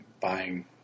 buying